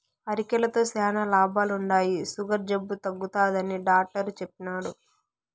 అరికెలతో శానా లాభాలుండాయి, సుగర్ జబ్బు తగ్గుతాదని డాట్టరు చెప్పిన్నారు